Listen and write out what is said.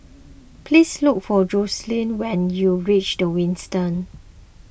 please look for Joslyn when you reach the Windsor